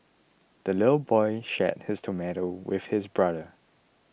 the little boy shared his tomato with his brother